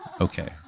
Okay